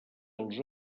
els